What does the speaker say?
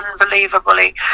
unbelievably